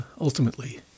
ultimately